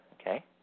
Okay